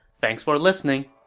thanks for listening